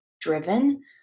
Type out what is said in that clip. driven